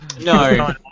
no